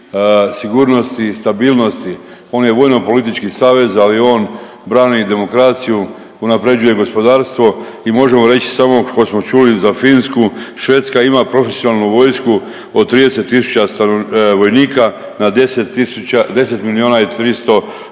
sigurnosti i stabilnosti. On je vojnopolitički savez, ali on brani i demokraciju, unapređuje gospodarstvo i možemo reći samo pošto smo čuli za Finsku, Švedska ima profesionalnu vojsku od 30.000 vojnika na 10.000,